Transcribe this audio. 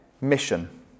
mission